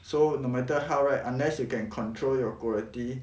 so no matter how right unless you can control your quality